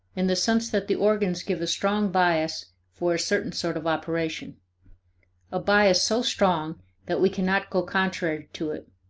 in the sense that the organs give a strong bias for a certain sort of operation a bias so strong that we cannot go contrary to it,